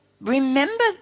remember